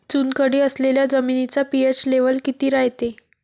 चुनखडी असलेल्या जमिनीचा पी.एच लेव्हल किती रायते?